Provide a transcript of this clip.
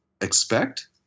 expect